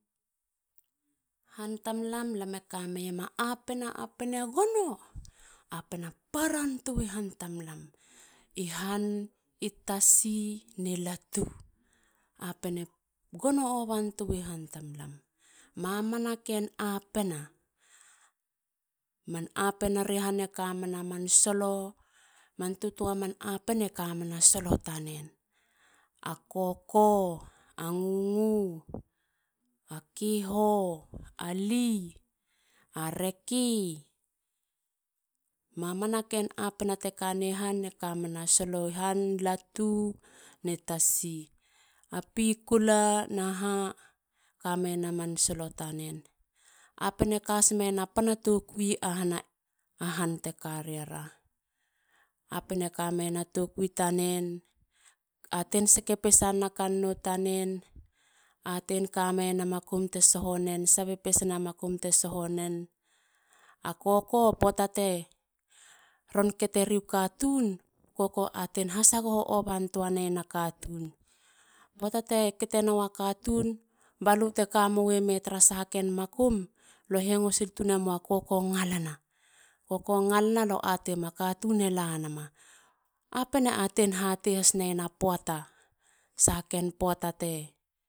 Han tamtam. kameyema. apena. apene gono! Apena paratui han tamtam. i han. i tasi ne i latu. apena gono ovan tui han tamtam. mamana ken apena. Man apena ri e kamena man solo man tutua man apena kamena solo tanen. a koko. a ngugu. a kiho. a li. a reki. mamana ken apena ka ne han ekamena solo. i han latu ne tasi. A pikula naha. kameyena man solo tanen. apena ka has mena panna tokui i iahanahan tekariara. Apena kameyena tokui tanen. atein seke pese iena kan- nou tanen. aten kameyena makum te soho nen. sabe pesen makum te sohonen. a koko. puata teron keteriu katun. koko aten hasagoho ovatua neieena katun. poata te keterua katun. balu te kamui me tara sahaken makum. lue hengo sil tun ne mou a koko e ngalana. koko ngalana. lo atem. a katun e lanama. apena atein hatei has neyena puata. sahaken puata te